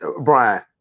Brian